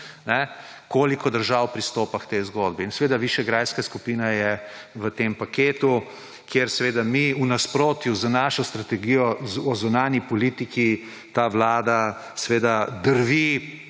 koliko držav pristopa k tej zgodbi. In seveda, Višegrajska skupina je v tem paketu, kjer mi v nasprotju z našo strategijo o zunanji politiki – ta vlada seveda drvi